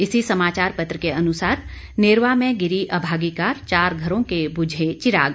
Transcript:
इसी समाचार पत्र के अनुसार नेरवा में गिरी अभागी कार चार घरों के बुझे चिराग